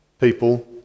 people